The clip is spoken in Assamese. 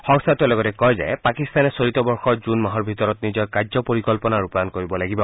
সংস্থাটোৱে লগতে কয় যে পাকিস্তানে চলিত বৰ্ষৰ জুন মাহৰ ভিতৰত নিজৰ কাৰ্য পৰিকল্পনা ৰূপায়ণ কৰিব লাগিব